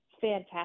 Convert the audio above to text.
fantastic